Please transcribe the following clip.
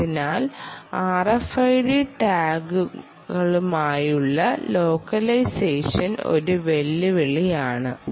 അതിനാൽ RFID ടാഗുകളുമായുള്ള localisation ഒരു വെല്ലുവിളി ആണ്